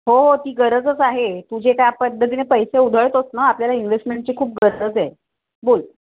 हो ती गरजच आहे तु जे काय पद्धतीने पैसे उधळतोस ना आपल्याला इन्हेस्टमेंटची खूप गरज आहे बोल